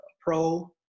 pro